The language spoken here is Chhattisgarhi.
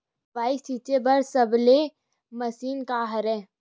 दवाई छिंचे बर सबले मशीन का हरे?